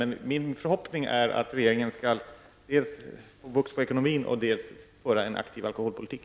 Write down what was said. Min förhoppning är att regeringen dels skall få bukt med ekonomin, dels skall föra en aktiv alkoholpolitik.